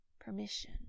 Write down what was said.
permission